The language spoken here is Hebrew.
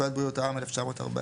- פקודת בריאות העם, 1940;